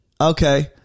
Okay